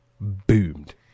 boomed